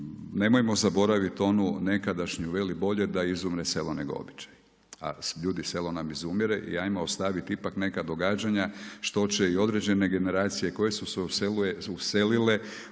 nemojmo zaboravit onu nekadašnju veli bolje da izumre selo nego običaji. A ljudi selo nam izumire. I hajmo ostaviti ipak neka događanja što će i određene generacije koje su se uselile iz naših